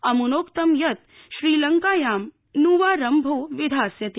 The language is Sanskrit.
अम्नोक्तं यत् श्रीलंकायां न्वारम्भो विधास्यते